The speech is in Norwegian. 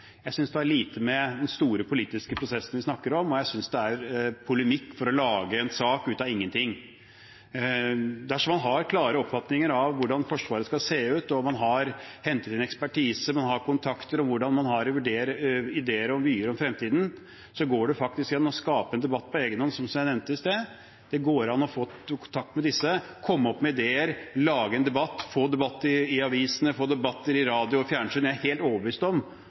Jeg synes det har lite å gjøre med den store politiske prosessen vi snakker om, og jeg synes det er polemikk for å lage en sak ut av ingenting. Dersom man har klare oppfatninger av hvordan Forsvaret skal se ut, man har hentet inn ekspertise, og man har kontakter om hvordan man har ideer og vyer om fremtiden, så går det faktisk an å skape en debatt på egen hånd, som jeg nevnte i sted. Det går an å få kontakt med disse, komme opp med ideer og lage en debatt, få debatt i avisene, få debatter i radio og fjernsyn. Jeg er helt overbevist om